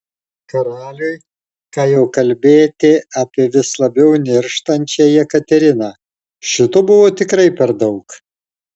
karaliui ką jau kalbėti apie vis labiau nirštančią jekateriną šito buvo tikrai per daug